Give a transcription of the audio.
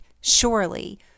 surely